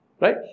Right